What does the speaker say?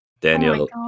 Daniel